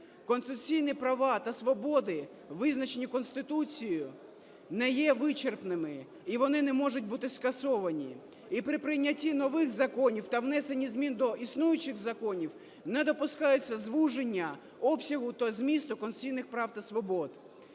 конституційні права та свободи, визначені Конституцією, не є вичерпними, і вони не можуть бути скасовані. І при прийнятті нових законів та внесенні змін до існуючих законів не допускається звуження обсягу та змісту конституційних прав та свобод.